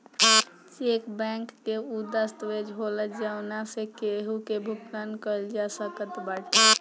check bank कअ उ दस्तावेज होला जवना से केहू के भुगतान कईल जा सकत बाटे